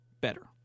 better